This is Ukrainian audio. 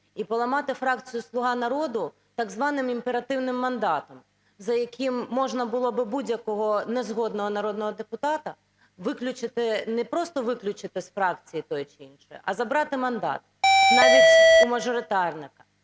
і поламати фракцію "Слуга народу" так званим імперативним мандатом, за яким можна було б будь-якого незгодного народного депутата не просто виключити з фракції тої чи іншої, а забрати мандат, навіть у мажоритарника.